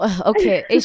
Okay